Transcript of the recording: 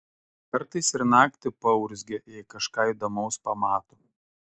kartais ir naktį paurzgia jei kažką įdomaus pamato